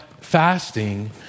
fasting